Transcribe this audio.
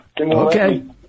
Okay